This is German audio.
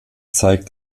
zeigt